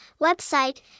website